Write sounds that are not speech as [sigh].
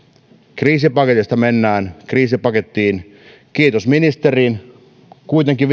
kriisipaketista mennään kriisipakettiin kiitos ministerin kuitenkin [unintelligible]